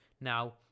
now